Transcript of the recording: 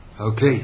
Okay